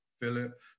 Philip